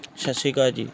ਸਤਿ ਸ਼੍ਰੀ ਅਕਾਲ ਜੀ